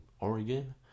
Oregon